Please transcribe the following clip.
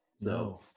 No